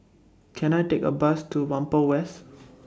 Can I Take A Bus to Whampoa West